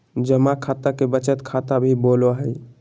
जमा खाता के बचत खाता भी बोलो हइ